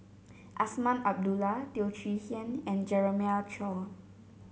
Azman Abdullah Teo Chee Hean and Jeremiah Choy